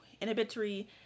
inhibitory